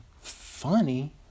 funny